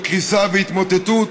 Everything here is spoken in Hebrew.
שבקריסה ובהתמוטטות,